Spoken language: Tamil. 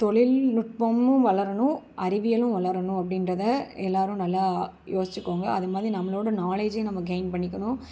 தொழில்நுட்பமும் வளரணும் அறிவியலும் வளரணும் அப்படின்றதை எல்லாரும் நல்லா யோசிச்சிக்கோங்க அதுமாதிரி நம்மளோட நாலேஜையும் நம்ம கெயின் பண்ணிக்கணும்